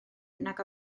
nag